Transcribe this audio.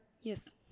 Yes